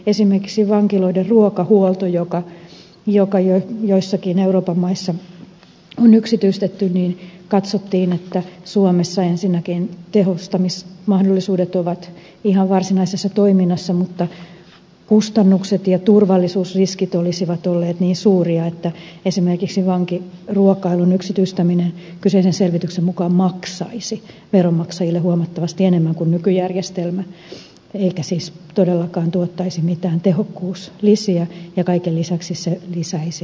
esimerkiksi vankiloiden ruokahuollon osalta joka joissakin euroopan maissa on yksityistetty katsottiin että suomessa ensinnäkin tehostamismahdollisuudet ovat ihan varsinaisessa toiminnassa mutta kustannukset ja turvallisuusriskit olisivat olleet niin suuria että esimerkiksi vankiruokailun yksityistäminen kyseisen selvityksen mukaan maksaisi veronmaksajille huomattavasti enemmän kuin nykyjärjestelmä eikä siis todellakaan tuottaisi mitään tehokkuuslisiä ja kaiken lisäksi se lisäisi turvallisuusriskejä